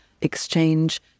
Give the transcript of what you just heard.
exchange